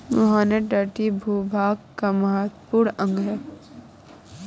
मुहाने तटीय भूभाग का महत्वपूर्ण अंग है